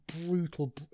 brutal